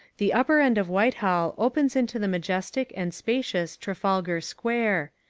the upper end of whitehall opens into the majestic and spacious trafalgar square.